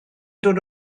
dod